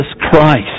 Christ